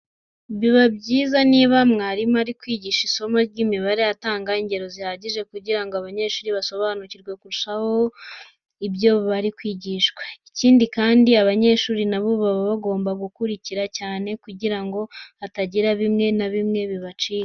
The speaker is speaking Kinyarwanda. Biba byiza ko niba mwarimu ari kwigisha isomo ry'imibare atanga ingero zihagije kugira ngo abanyeshuri basobanukirwe kurushaho ibyo bari kwigishwa. Ikindi kandi abanyeshuri na bo baba bagomba gukurikira cyane kugira ngo hatagira bimwe na bimwe bibacika.